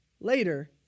later